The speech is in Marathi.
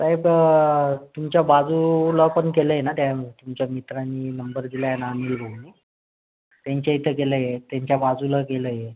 साहेब तुमच्या बाजूला पण केलं आहे ना त्या तुमच्या मित्रानी नंबर दिला आहे ना अनिल भाऊंनी त्यांच्या इथं केलं आहे त्यांच्या बाजूला केलं आहे